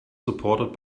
supported